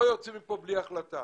לא יוצאים מפה בלי החלטה.